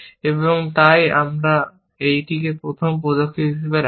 এবং তাই আমরা এটিকে প্রথম পদক্ষেপ হিসাবে রাখি